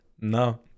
no